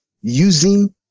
using